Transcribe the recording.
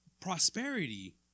prosperity